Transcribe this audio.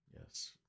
Yes